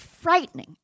frightening